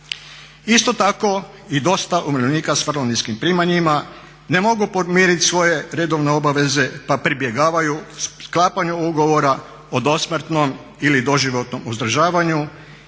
Isto tako i dosta umirovljenika s vrlo niskim primanjima ne mogu podmirit svoje redovne obaveze pa pribjegavaju sklapanju ugovora o dosmrtnom ili doživotnom uzdržavanju